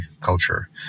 culture